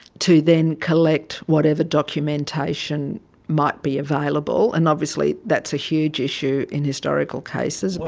to then collect whatever documentation might be available, and obviously that's huge issue in historical cases.